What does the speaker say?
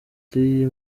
jolis